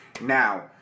Now